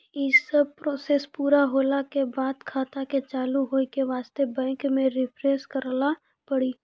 यी सब प्रोसेस पुरा होला के बाद खाता के चालू हो के वास्ते बैंक मे रिफ्रेश करैला पड़ी?